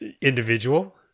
individual